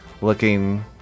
looking